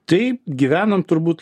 tai gyvenom turbūt